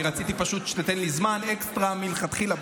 רציתי פשוט שתיתן לי זמן אקסטרה מלכתחילה,